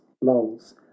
lulls